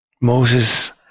Moses